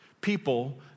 people